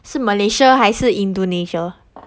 是 Malaysia 还是 indonesia